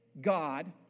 God